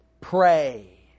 Pray